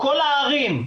כל הערים,